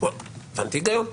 הבנתי את ההיגיון.